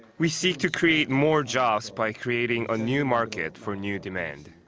we seek to create more jobs by creating a new market for new demand.